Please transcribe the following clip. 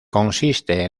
consiste